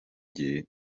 jye